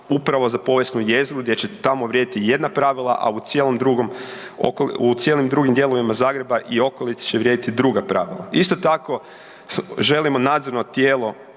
upravo za povijesnu jezgru gdje će tamo vrijediti jedna pravila, a u cijelom drugom, u cijelim drugim dijelovima Zagreba i okolici će vrijediti druga pravila. Isto tako želimo nadzorno tijelo